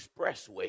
Expressway